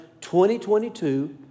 2022